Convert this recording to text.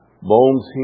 Bones